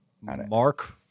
Mark